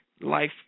life